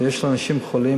יש אנשים חולים,